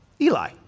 Eli